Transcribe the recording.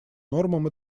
нормам